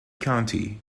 county